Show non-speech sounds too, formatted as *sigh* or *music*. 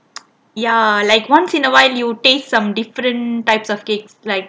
*noise* ya like once in a while you taste some different types of cakes like